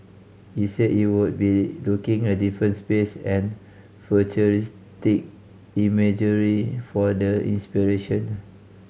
he said he would be looking at different space and futuristic imagery for the inspiration